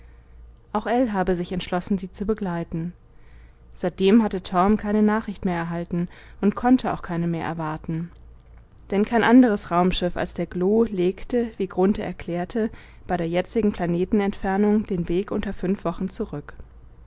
auch ell habe sich entschlossen sie zu begleiten seitdem hatte torm keine nachricht mehr erhalten und konnte auch keine erwarten denn kein anderes raumschiff als der glo legte wie grunthe erklärte bei der jetzigen planetenentfernung den weg unter fünf wochen zurück